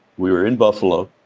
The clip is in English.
we were in buffalo.